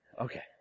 Okay